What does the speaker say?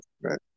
right